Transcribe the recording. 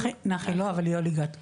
נחי לא, אבל יולי גת כאן.